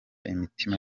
imitima